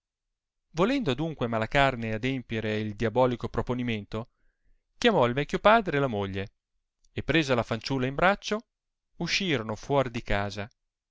volendo adunque malacarne adempire il diabolico proponimento chiamò il vecchio padre e la moglie e presa la fanciulla in liraccio uscirono fuor di casa